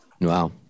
Wow